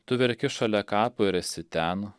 tu verki šalia kapo ir esi ten